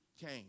came